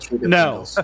no